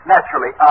Naturally